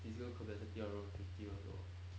physical capacity of around fifty also